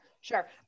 sure